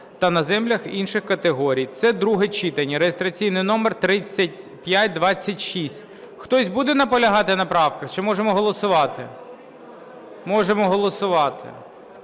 та на землях інших категорій, це друге читання (реєстраційний номер 3526). Хтось буде наполягати на правках, чи можемо голосувати? Можемо голосувати.